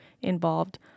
involved